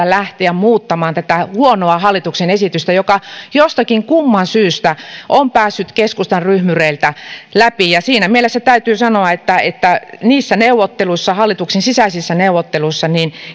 lähteä muuttamaan tätä huonoa hallituksen esitystä joka jostakin kumman syystä on päässyt keskustan ryhmyreiltä läpi siinä mielessä täytyy sanoa että että niissä neuvotteluissa hallituksen sisäisissä neuvotteluissa